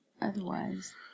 otherwise